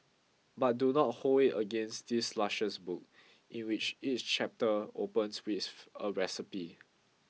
but do not hold it against this luscious book in which each chapter opens with a recipe